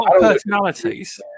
personalities